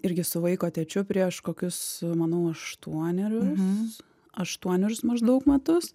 irgi su vaiko tėčiu prieš kokius manau aštuonerius aštuonerius maždaug metus